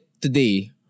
today